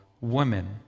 women